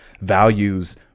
values